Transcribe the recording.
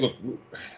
look